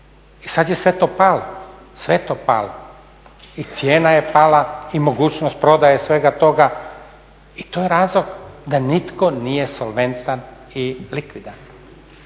I sad je sve to palo, sve je to palo i cijena je pala, i mogućnost prodaje svega toga i to je razlog da nitko nije solventan i likvidan.